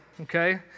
okay